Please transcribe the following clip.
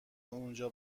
اونجا